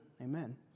Amen